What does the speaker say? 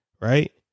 Right